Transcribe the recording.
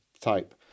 type